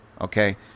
okay